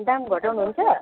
दाम घटाउनु हुन्छ